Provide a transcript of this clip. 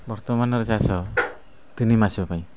ବର୍ତ୍ତମାନର ଚାଷ ତିନି ମାସ ପାଇଁ